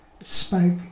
spoke